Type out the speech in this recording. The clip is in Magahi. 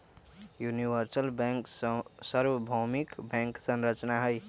यूनिवर्सल बैंक सर्वभौमिक बैंक संरचना हई